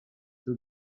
two